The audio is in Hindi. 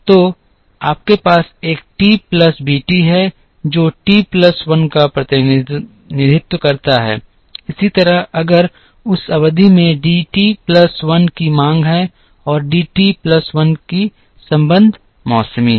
तो आपके पास एक टी प्लस बी टी है जो टी प्लस 1 का प्रतिनिधित्व करता है इसी तरह अगर उस अवधि में डी टी प्लस 1 की मांग है और टी प्लस 1 की संबद्ध मौसमी है